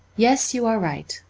yes, you are right.